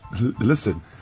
Listen